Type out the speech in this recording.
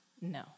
No